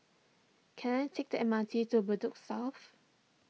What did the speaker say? can I take the M R T to Bedok South